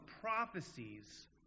prophecies